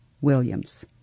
Williams